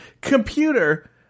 Computer